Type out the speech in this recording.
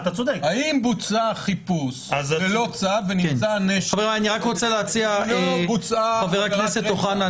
ואם בוצע חיפוש ללא צו ונמצא נשק --- חבר הכנסת אוחנה,